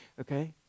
Okay